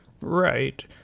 Right